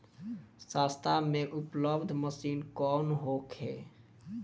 सस्ता में उपलब्ध मशीन कौन होखे?